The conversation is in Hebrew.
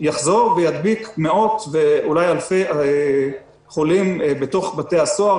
יחזור וידביק מאות ואולי אלפי אנשים בתוך בתי הסוהר.